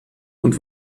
und